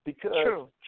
True